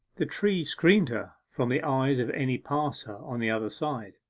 the tree screened her from the eyes of any passer on the other side.